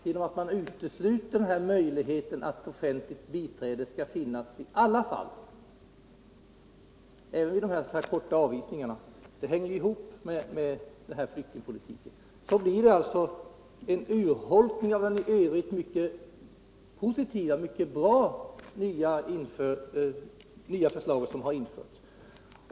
Genom att man utesluter möjligheten att offentligt biträde skall finnas i samtliga fall, även vid de s.k. korta avvisningarna, blir det en urholkning av ett i övrigt mycket bra förslag.